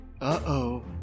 Uh-oh